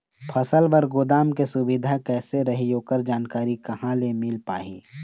फसल बर गोदाम के सुविधा कैसे रही ओकर जानकारी कहा से मिल पाही?